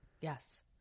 Yes